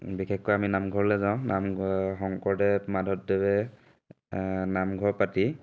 বিশেষকৈ আমি নামঘৰলে যাওঁ নামঘৰ শংকৰদেৱ মাধৱদেৱে নামঘৰ পাতি